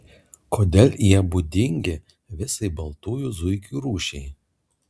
kodėl jie būdingi visai baltųjų zuikių rūšiai